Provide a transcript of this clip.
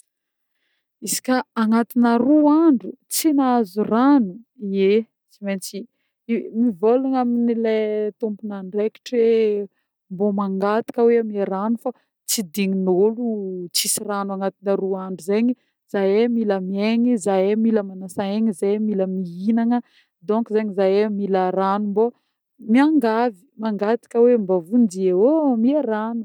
Izy koà agnatina roa andro tsy nahazo rano, ye tsy mentsy mivôlagna amin'le tompon'andraikitra hoe mbô mangataka hoe ameo rano fô tsy dignin'olo tsisy rano agnatina roa andro zegny, zeh mila miegny, zeh mila manasa egny, zeh mila mihinagna, donc zeh mila rano mbô miangavy, mangataka hoe mba vonjeo ô, omeo rano.